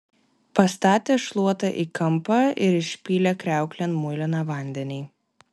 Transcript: pastatė šluotą į kampą ir išpylė kriauklėn muiliną vandenį